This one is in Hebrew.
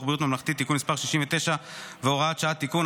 בריאות ממלכתי (תיקון מס' 69 והוראת שעה)(תיקון),